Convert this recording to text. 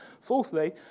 Fourthly